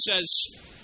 says